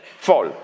Fall